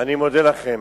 אני מודה לכם.